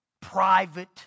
private